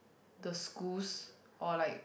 the schools or like